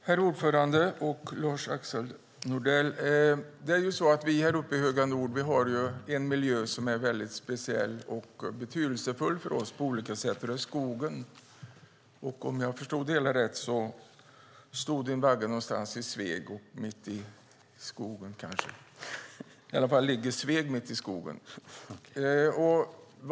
Herr talman och Lars-Axel Nordell! Vi här uppe i den höga nord har en speciell och för oss betydelsefull miljö, och det är skogen. Om jag förstod det hela rätt stod din vagga, Lars-Axel Nordell, i Sveg, kanske mitt i skogen - åtminstone ligger Sveg mitt i skogen.